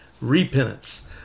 repentance